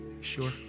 Sure